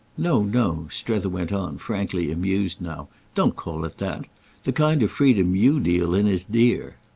no, no, strether went on, frankly amused now don't call it that the kind of freedom you deal in is dear.